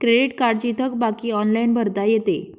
credit कार्डची थकबाकी online भरता येते